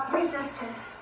resistance